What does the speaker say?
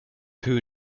two